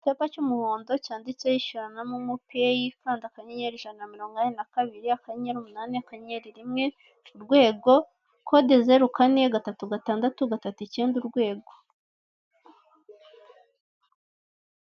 Icyapa cy'umuhondo cyanditseho ishyura na momopeyi ukanda akanyenyeri ijana na mirongo inani na kabiri akanyenyeri umunani akanyenyeri rimwe urwego. Kode zero kane gatatu gatandatu gatatu ikenda urwego.